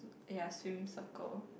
ya swim circle